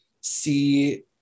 see